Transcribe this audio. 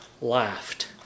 laughed